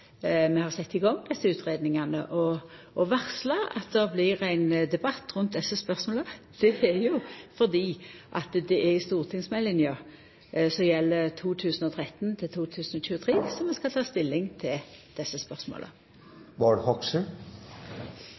vi har sett i gang desse utgreiingane og varsla at det blir ein debatt rundt desse spørsmåla. Det er jo fordi det er i stortingsmeldinga som gjeld 2013–2023, ein skal ta stilling til desse spørsmåla.